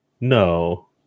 No